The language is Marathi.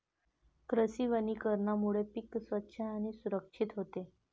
कृषी वनीकरणामुळे पीक स्वच्छ आणि सुरक्षित होते